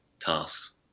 tasks